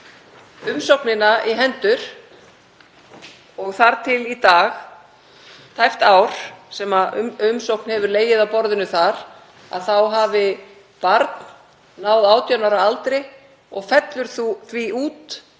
umsóknina í hendur og þar til í dag, tæpt ár sem umsókn hefur legið á borðinu þar, þá hefði barn náð 18 ára aldri og félli því út